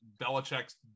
Belichick's